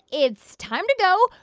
it's time to go.